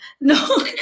No